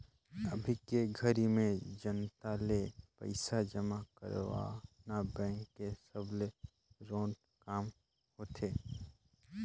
अभी के घरी में जनता ले पइसा जमा करवाना बेंक के सबले रोंट काम होथे